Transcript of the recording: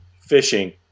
fishing